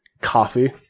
coffee